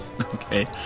Okay